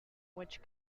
which